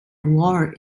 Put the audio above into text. war